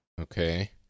Okay